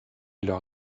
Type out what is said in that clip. leur